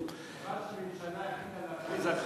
חבל שהממשלה החליטה להכריז הכרזה,